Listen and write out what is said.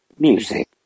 Music